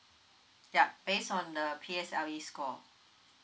ya based on the P_S_L_E score